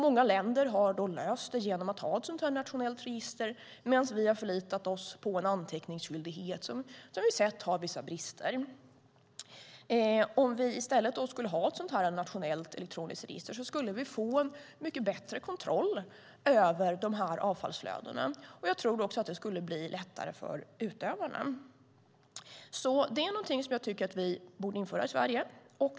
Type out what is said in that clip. Många länder har löst det genom att ha ett nationellt register, medan vi har förlitat oss på en anteckningsskyldighet som vi har sett har vissa brister. Om vi i stället skulle ha ett nationellt elektroniskt register skulle vi få mycket bättre kontroll över avfallsflödena, och jag tror också att det skulle bli lättare för utövarna. Det är något som jag tycker att vi borde införa i Sverige.